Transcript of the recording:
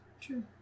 True